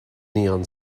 neon